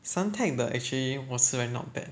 suntec 的 actually 我吃 right not bad